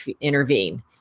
intervene